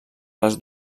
les